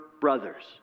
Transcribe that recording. brothers